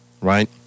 right